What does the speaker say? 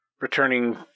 returning